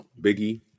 Biggie